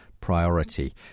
priority